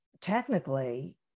technically